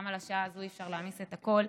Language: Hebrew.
על השעה הזאת אי-אפשר להעמיס את הכול,